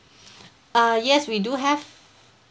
uh yes we do have